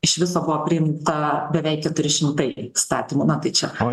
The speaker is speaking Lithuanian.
iš viso buvo priimta beveik keturi šimtai įstatymų na tai čia